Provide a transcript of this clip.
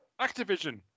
Activision